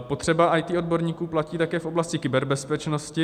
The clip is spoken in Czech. Potřeba IT odborníků platí také v oblasti kyberbezpečnosti.